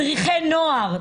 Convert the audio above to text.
מדריכי נוער,